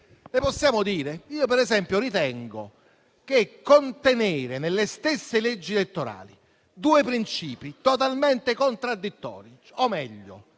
Ad esempio, ritengo che contenere nelle stesse leggi elettorali due princìpi totalmente contraddittori - o, meglio,